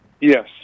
Yes